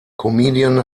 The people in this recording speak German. comedian